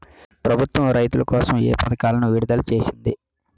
ప్రభుత్వం రైతుల కోసం ఏ పథకాలను విడుదల చేసింది?